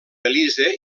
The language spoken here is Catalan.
belize